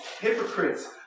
hypocrites